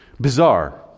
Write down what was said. Bizarre